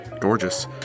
gorgeous